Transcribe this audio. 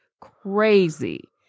crazy